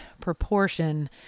proportion